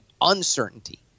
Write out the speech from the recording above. uncertainty